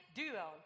duo